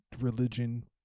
religion